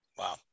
Wow